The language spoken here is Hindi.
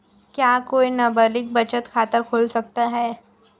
क्या कोई नाबालिग बचत खाता खोल सकता है?